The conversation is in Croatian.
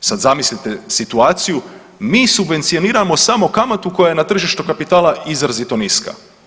Sad zamislite situaciju, mi subvencioniramo samo kamatu koja je na tržištu kapitala izrazito niska.